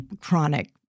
chronic